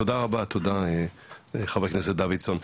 תודה רבה, תודה חבר הכנסת דוידסון.